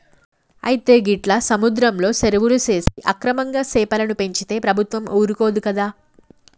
అయితే గీట్ల సముద్రంలో సెరువులు సేసి అక్రమంగా సెపలను పెంచితే ప్రభుత్వం ఊరుకోదు కదా